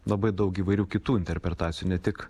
labai daug įvairių kitų interpretacijų ne tik